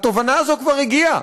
שהתובנה הזאת כבר הגיעה,